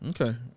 Okay